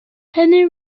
penny